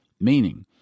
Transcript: meaning